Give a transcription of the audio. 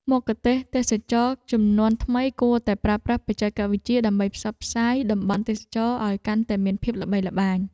មគ្គុទ្ទេសក៍ទេសចរណ៍ជំនាន់ថ្មីគួរតែប្រើប្រាស់បច្ចេកវិទ្យា ដើម្បីផ្សព្វផ្សាយតំបន់ទេសចរណ៍ឱ្យកាន់តែមានភាពល្បីល្បាញ។